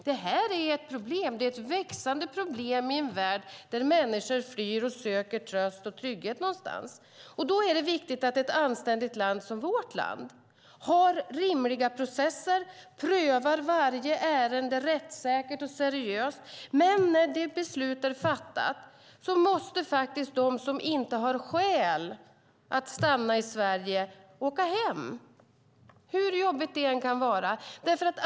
Detta är ett växande problem i en värld där människor flyr och söker tröst och trygghet någonstans. Då är det viktigt att ett anständigt land som vårt har rimliga processer och prövar varje ärende rättssäkert och seriöst. Men när beslut är fattat måste de som inte har skäl att stanna i Sverige åka hem, hur jobbigt det än kan vara.